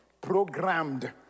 programmed